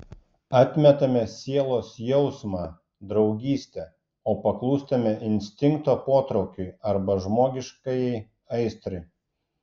atmetame sielos jausmą draugystę o paklūstame instinkto potraukiui arba žmogiškajai aistrai